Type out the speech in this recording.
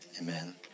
Amen